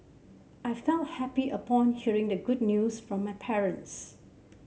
I felt happy upon hearing the good news from my parents